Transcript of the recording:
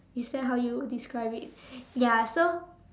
is that how you describe it ya so